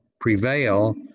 prevail